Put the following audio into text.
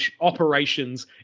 operations